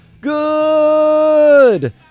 Good